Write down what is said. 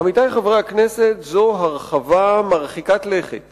עמיתי חברי הכנסת, זו הרחבה מרחיקת לכת